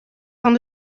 van